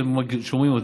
ושומעים אותי: